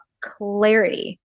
clarity